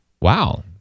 Wow